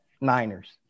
Niners